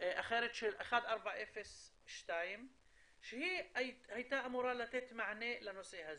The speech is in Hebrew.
אחרת של 1402 שהיא הייתה אמורה לתת מענה לנושא הזה,